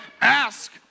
Ask